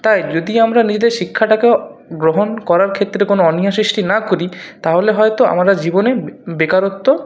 তাই যদি আমরা নিজেদের শিক্ষাটাকেও গ্রহণ করার ক্ষেত্রে কোনও অনীহা সৃষ্টি না করি তাহলে হয়তো আমরা জীবনে বেকারত্ব